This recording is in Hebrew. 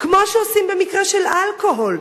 כמו שעושים במקרה של אלכוהול,